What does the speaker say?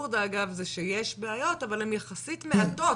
האבסורד אגב, שיש בעיות אבל הן יחסית מעטות.